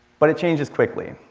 but it changes quickly.